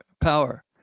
power